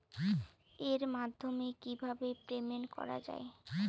এর মাধ্যমে কিভাবে পেমেন্ট করা য়ায়?